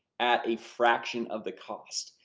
at a fraction of the cost.